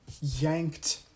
yanked